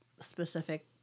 specific